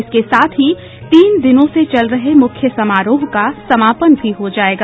इसके साथ ही तीन दिनों से चल रहे मुख्य समारोह का समापन भी हो जायेगा